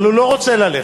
אבל הוא לא רוצה ללכת,